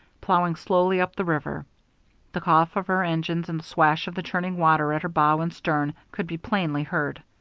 ploughing slowly up the river the cough of her engines and the swash of the churning water at her bow and stern could be plainly heard.